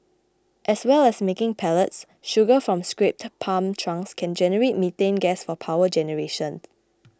as well as making pellets sugar from scrapped palm trunks can generate methane gas for power generation